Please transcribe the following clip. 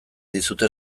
dizute